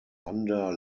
under